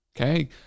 Okay